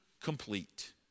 complete